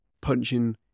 punching